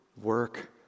Work